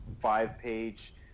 five-page